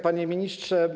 Panie Ministrze!